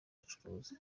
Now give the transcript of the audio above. bucuruzi